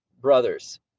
brothers